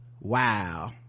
wow